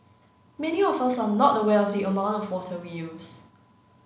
many of us are not aware of the amount of water we use